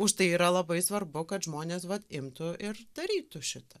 už tai yra labai svarbu kad žmonės vat imtų ir darytų šitą